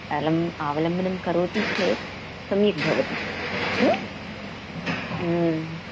अलम् अवलम्बनं करोति चेत् सम्यक् भवति